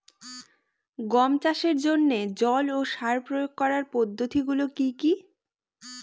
গম চাষের জন্যে জল ও সার প্রয়োগ করার পদ্ধতি গুলো কি কী?